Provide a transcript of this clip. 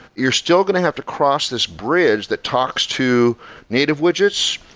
you're still going to have to cross this bridge that talks to native widgets.